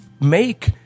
make